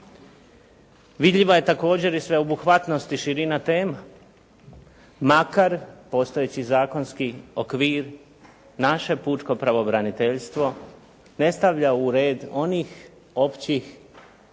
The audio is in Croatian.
Vidljiva je također i sveobuhvatnost i širina tema, makar postojeći zakonski okvir naše pučko pravobraniteljstvo ne stavlja u red onih općih